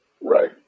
right